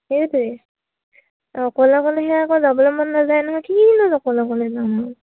সেইটোৱে অকলে অকলে সেয়া আকৌ যাবলে মন নাযায় নহয় অকলে অকলে যাম